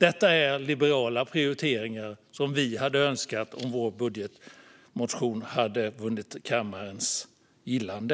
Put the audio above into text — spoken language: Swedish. Detta är liberala prioriteringar som vi hade önskat om vår budgetmotion hade vunnit kammarens gillande.